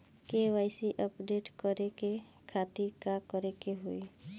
KYC update करे के खातिर का करे के होई?